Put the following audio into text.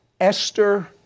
Esther